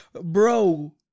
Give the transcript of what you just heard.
bro